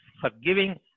forgiving